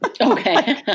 Okay